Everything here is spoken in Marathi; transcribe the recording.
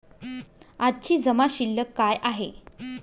आजची जमा शिल्लक काय आहे?